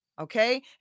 Okay